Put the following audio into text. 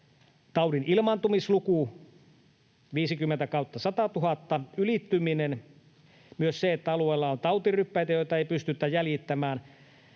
taudin ilmaantumisluvun 50/100 000 ylittyminen myös se, että alueella on tautiryppäitä, joita ei pystytä jäljittämään,